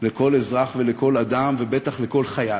לכל אזרח ולכל אדם, ובטח לכל חייל,